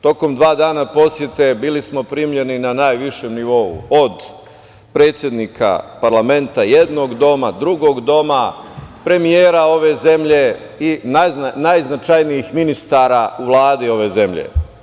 Tokom dva dana posete bili smo primljeni na najvišem nivou od predsednika parlamenta jednog doma, drugog doma, premijera ove zemlje i najznačajnijih ministara u Vladi ove zemlje.